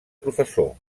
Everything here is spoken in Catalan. professor